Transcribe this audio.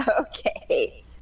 Okay